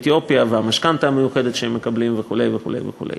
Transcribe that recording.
אתיופיה והמשכנתה המיוחדת שהם מקבלים וכו' וכו' וכו'.